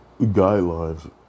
guidelines